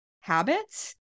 habits